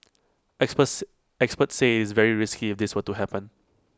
experts say experts say it's very risky if this were to happen